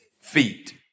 feet